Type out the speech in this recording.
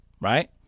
right